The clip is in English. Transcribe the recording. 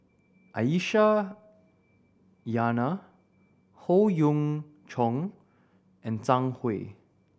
Aisyah Lyana Howe Yoon Chong and Zhang Hui